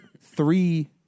three